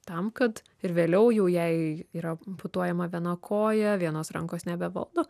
tam kad ir vėliau jau jai yra amputuojama viena koja vienos rankos nebevaldo